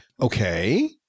okay